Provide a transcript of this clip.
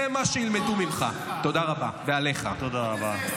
זה מה שילמדו ממך ועליך, תודה רבה.